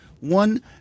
One